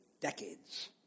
decades